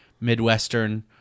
Midwestern